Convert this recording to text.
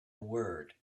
word